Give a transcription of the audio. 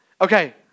Okay